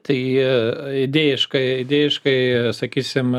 tai idėjiškai idėjiškai sakysime